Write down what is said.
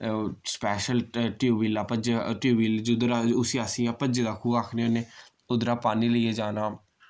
special tubewell भज्ज tubewell जुद्धर अस उस्सी अस इय्यां भज्जे दा खूह् आखने होन्ने उद्धरा पानी लेइयै जाना